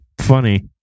funny